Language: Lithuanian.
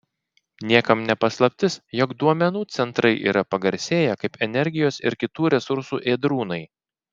niekam ne paslaptis jog duomenų centrai yra pagarsėję kaip energijos ir kitų resursų ėdrūnai